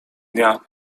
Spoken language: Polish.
dnia